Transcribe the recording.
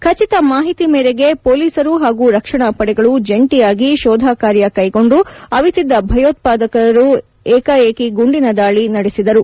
ಖಚಿತ ಮಾಹಿತಿ ಮೇರೆಗೆ ಪೊಲೀಸರು ಹಾಗೂ ರಕ್ಷಣಾ ಪಡೆಗಳು ಜಂಟಿಯಾಗಿ ಶೋಧ ಕಾರ್ಯನಡೆಸಿದಾಗ ಅವಿತಿದ್ದ ಭಯೋತ್ವಾದಕರು ಏಕಾಏಕಿ ಗುಂಡಿನ ದಾಳಿ ನಡೆಸಿದರು